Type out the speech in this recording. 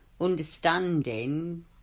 understanding